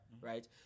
right